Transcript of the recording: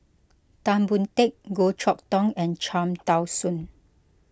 Tan Boon Teik Goh Chok Tong and Cham Tao Soon